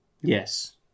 Yes